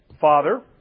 Father